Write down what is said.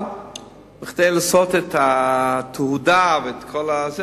כדי לעשות את התהודה ואת כל זה,